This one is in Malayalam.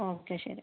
ഓക്കെ ശരി